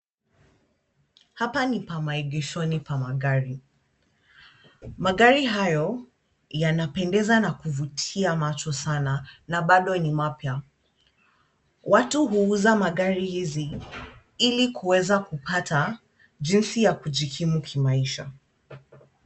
Hapa ni pamaegeshoni pamagari, magari hayo yanapendeza na kuvutia macho sana na bado ni mapya. Watu huuza magari hizi ili kuweza kupata jinsi ya kujikimu kimaisha.